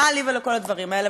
מה לי ולכל הדברים האלה?